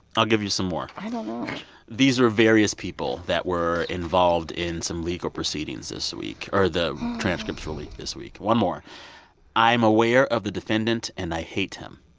i'll give you some more i don't know these were various people that were involved in some legal proceedings this week or the transcripts were leaked this week one more i'm aware of the defendant, and i hate him.